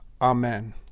Amen